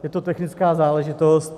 Je to technická záležitost.